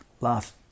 last